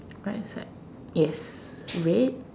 right aside yes red